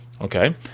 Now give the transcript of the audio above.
Okay